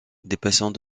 dépassant